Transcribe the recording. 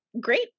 great